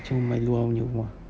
semua main luar punya rumah